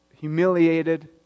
humiliated